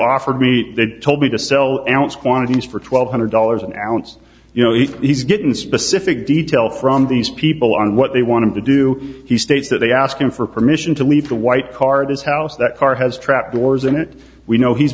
offered me they told me to sell an ounce quantities for twelve hundred dollars an ounce you know if he's getting specific detail from these people on what they want him to do he states that they ask him for permission to leave the white car this house that car has trap doors in it we know he's